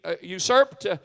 usurped